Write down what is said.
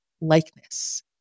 likeness